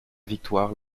victoire